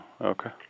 okay